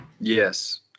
yes